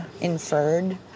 inferred